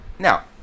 Now